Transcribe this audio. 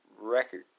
record